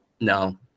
No